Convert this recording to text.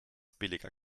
billiger